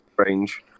strange